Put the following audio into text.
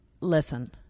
listen